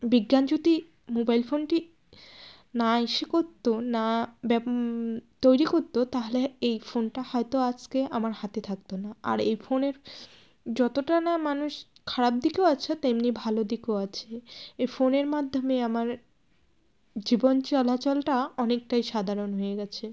বিজ্ঞান যদি মোবাইল ফোনটি না ইয়ে করত না তৈরি করত তাহলে এই ফোনটা হয়তো আজকে আমার হাতে থাকত না আর এই ফোনের যতটা না মানুষ খারাপ দিকও আছে তেমনি ভালো দিকও আছে এই ফোনের মাধ্যমে আমার জীবন চলাচলটা অনেকটাই সাধারণ হয়ে গেছে